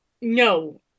No